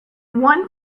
one